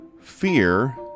fear